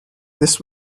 this